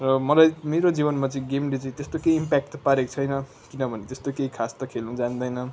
र मलाई मेरो जीवनमा चाहिँ गेमले चाहिँ त्यस्तो केही इम्प्याक्ट त पारेको छैन किनभने त्यस्तो केही खास त खेल्नु जान्दैन